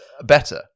Better